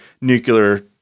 nuclear